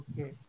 okay